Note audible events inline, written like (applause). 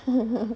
(laughs)